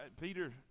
Peter